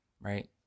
right